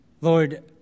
Lord